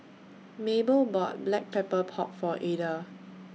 Maybell bought Black Pepper Pork For Ada